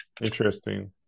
Interesting